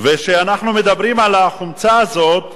וכשאנחנו מדברים על החומצה הזאת,